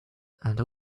and